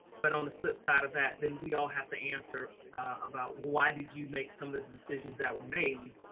but on the flip side of that, then we all have to answer about why did you make some of the decisions that were made